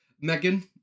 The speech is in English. Megan